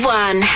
one